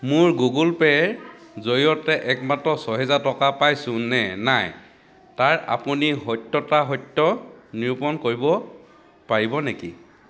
মোৰ গুগল পে'ৰ জৰিয়তে একমাত্ৰ ছয় হেজাৰ টকা পাইছোঁ নে নাই তাৰ আপুনি সত্যাতা সত্য নিৰূপণ কৰিব পাৰিব নেকি